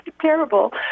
terrible